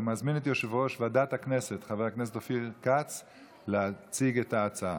אני מזמין את יושב-ראש ועדת הכנסת חבר הכנסת אופיר כץ להציג את ההצעה,